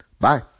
Bye